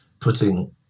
putting